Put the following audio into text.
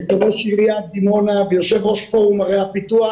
ראש עיריית דימונה ויושב ראש פורום ערי הפיתוח,